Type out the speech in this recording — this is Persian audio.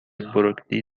بروکلی